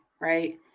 right